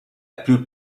plus